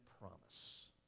promise